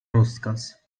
rozkaz